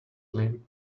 limp